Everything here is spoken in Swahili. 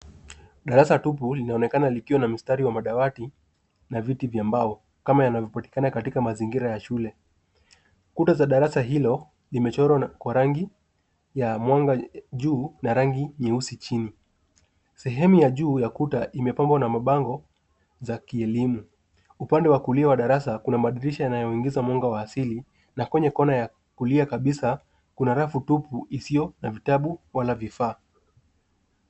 Darasa tupu linaonekana likiwa na mstari wa madawati na viti vya mbao kama yanavyopatikana katika mazingira ya shule. Kuta za darasa hilo limechorwa kwa rangi ya mwanga juu na rangi nyeusi chini. Sehemu ya juu ya kuta imepambwa na mabango za kielimu. Upande wa kulia wa darasa kuna madirisha yanayoingiza mwanga wa asili na kwenye kona ya kulia kabisa kuna rafu tupu isiyo na vitabu wala vifaa.